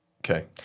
Okay